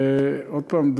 עוד פעם,